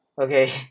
okay